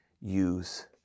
use